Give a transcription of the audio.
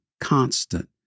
constant